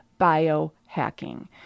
biohacking